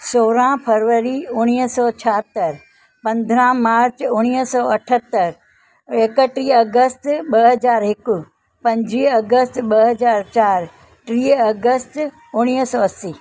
सोरहं फरवरी उणिवीह सौ छाहतरि पंद्रहं मार्च उणिवीह सौ अठहतरि एकटीह अगस्त ॿ हज़ार हिकु पंजुवीह अगस्त ॿ हज़ार चारि टीह अगस्त उणिवीह सौ असी